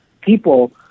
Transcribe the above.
people